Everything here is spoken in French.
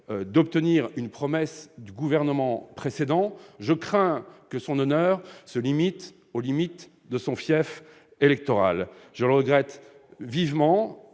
de tenir une promesse du gouvernement précédent, mais je crains que son honneur ne se limite aux limites de son fief électoral ! Oh ! Je le regrette vivement.